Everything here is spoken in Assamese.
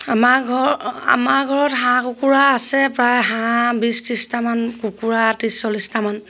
আমা ঘৰ আমাৰ ঘৰত হাঁহ কুকুৰা আছে প্ৰায় হাঁহ বিছ ত্ৰিছটামান কুকুৰা ত্ৰিছ চল্লিছটামান